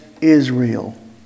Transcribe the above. Israel